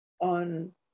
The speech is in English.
on